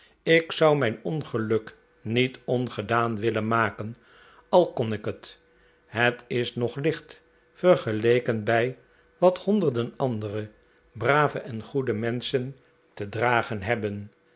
ik zou mijn ongeluk niet ongedaan willen maken al kon ik het het is nog licht vergeleken bij wat honderden andere brave en goede menschen te dragen hebben